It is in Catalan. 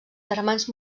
germans